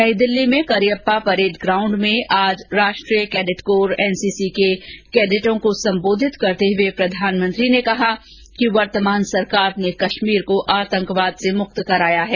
नई दिल्ली में Cariappa parade ground भें आज राष्ट्रीय कैडेट कोर एनसीसी के कैडटों को संबोधित करते हुए प्रधानमंत्री ने कहा कि वर्तमान सरकार ने कश्मीर को आतंकवाद से मुक्त कराया है